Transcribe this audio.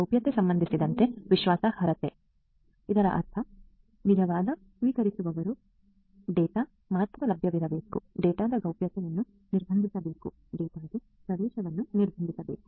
ಗೌಪ್ಯತೆಗೆ ಸಂಬಂಧಿಸಿದಂತೆ ವಿಶ್ವಾಸಾರ್ಹತೆ ಇದರರ್ಥ ಅದರ ನಿಜವಾದ ಸ್ವೀಕರಿಸುವವರಿಗೆ ಡೇಟಾ ಮಾತ್ರ ಲಭ್ಯವಾಗುತ್ತದೆ ಡೇಟಾದ ಗೌಪ್ಯತೆಯನ್ನು ನಿರ್ಬಂಧಿಸಬೇಕು ಡೇಟಾಗೆ ಪ್ರವೇಶವನ್ನು ನಿರ್ಬಂಧಿಸಬೇಕು